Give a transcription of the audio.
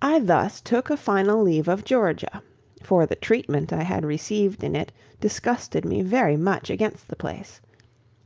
i thus took a final leave of georgia for the treatment i had received in it disgusted me very much against the place